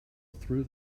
through